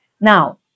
Now